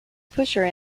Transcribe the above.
pusher